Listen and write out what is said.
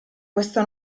questa